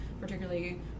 particularly